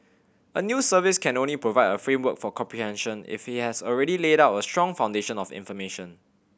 a news service can only provide a framework for comprehension if he has already laid a strong foundation of information